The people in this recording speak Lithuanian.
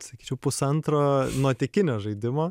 sakyčiau pusantro nuotykinio žaidimo